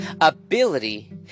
ability